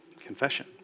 Confession